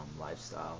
lifestyle